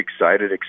excited